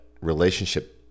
relationship